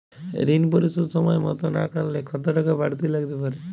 ঋন পরিশোধ সময় মতো না করলে কতো টাকা বারতি লাগতে পারে?